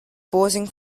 posing